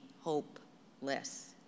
hopeless